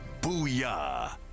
Booyah